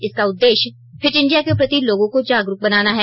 इसका उद्देश्य fit India के प्रति लोगों को जागरुक बनाना है